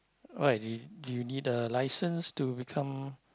why you you need a licence to become